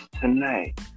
tonight